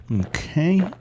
Okay